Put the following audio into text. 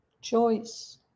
Choice